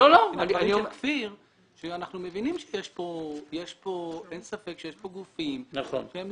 מכפיר שאנחנו מבינים שאין ספק שיש כאן גופים שהם